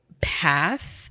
path